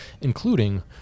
including